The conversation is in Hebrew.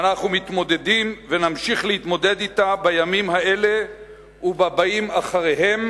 ואנחנו מתמודדים ונמשיך להתמודד אתה בימים האלה ובבאים אחריהם